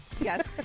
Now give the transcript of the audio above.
Yes